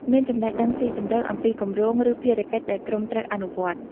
មានចំណេះដឹងស៊ីជម្រៅអំពីគម្រោង ឬភារកិច្ចដែលក្រុមត្រូវអនុវត្ត។